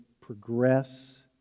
progress